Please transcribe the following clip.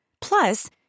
plus